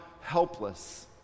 helpless